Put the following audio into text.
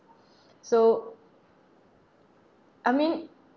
so I mean